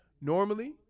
Normally